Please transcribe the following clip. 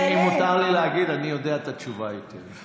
אם מותר לי להגיד, אני יודע את התשובה היטב.